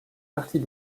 partie